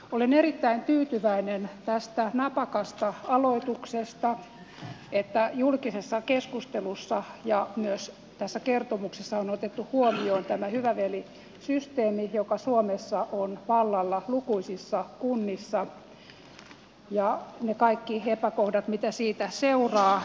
olen erittäin tyytyväinen tästä napakasta aloituksesta ja siitä että julkisessa keskustelussa ja myös tässä kertomuksessa on otettu huomioon tämä hyvä veli systeemi joka suomessa on vallalla lukuisissa kunnissa ja ne kaikki epäkohdat mitä siitä seuraa